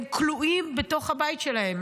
הם כלואים בתוך הבית שלהם,